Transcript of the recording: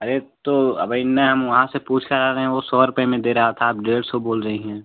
अरे तो अबहिनै हम वहाँ से पूछकर आ रहे हैं वो सौ रुपए में दे रहा था आप डेढ़ सौ बोल रही हैं